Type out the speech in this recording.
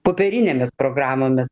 popierinėmis programomis